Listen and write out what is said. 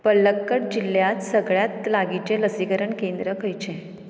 पलक्कड जिल्ल्यांत सगळ्यांत लागींचें लसीकरण केंद्र खंयचें